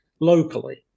locally